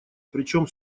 причем